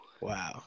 Wow